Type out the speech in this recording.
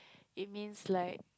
it means like